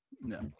no